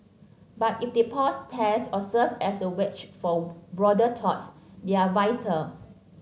but if they pause tests or serve as a wedge for broader talks they're vital